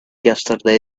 yesterday